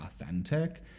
authentic